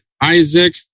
Isaac